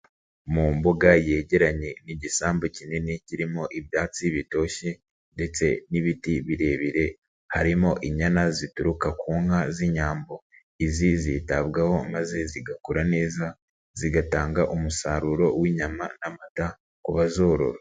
Mu mbuga yegeranye n'igisambu kinini kirimo ibyatsi bitoshye ndetse n'ibiti birebire harimo inyana zituruka ku nka z'inyambo, izi zitabwaho maze zigakura neza zigatanga umusaruro w'inyama n'amata ku bazorora.